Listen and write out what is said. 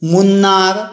Munnar